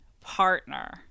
partner